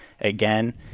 again